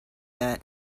that